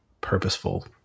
purposeful